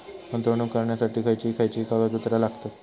गुंतवणूक करण्यासाठी खयची खयची कागदपत्रा लागतात?